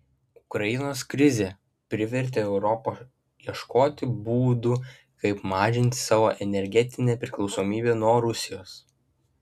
ukrainos krizė privertė europą ieškoti būdų kaip mažinti savo energetinę priklausomybę nuo rusijos